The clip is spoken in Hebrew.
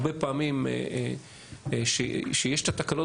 הרבה פעמים כשיש את התקלות,